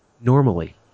normally